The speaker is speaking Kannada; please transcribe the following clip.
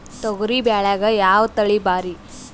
ತೊಗರಿ ಬ್ಯಾಳ್ಯಾಗ ಯಾವ ತಳಿ ಭಾರಿ?